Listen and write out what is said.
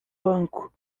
banco